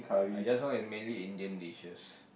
I just know is mainly Indian dishes